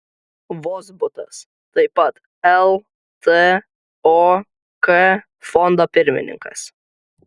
vozbutas taip pat ltok fondo pirmininkas